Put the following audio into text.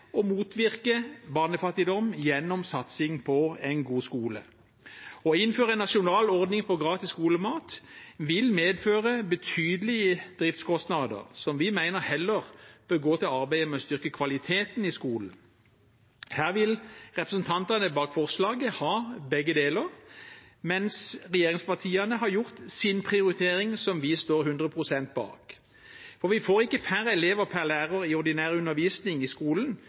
motvirke barnefattigdom gjennom satsing på en god skole. Å innføre en nasjonal ordning for gratis skolemat vil medføre betydelige driftskostnader, midler som vi mener heller bør gå til arbeidet med å styrke kvaliteten i skolen. Her vil representantene bak forslaget ha begge deler, mens regjeringspartiene har gjort sin prioritering, som vi står 100 pst. bak. Vi får ikke færre elever per lærer i ordinær undervisning i skolen